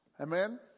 Amen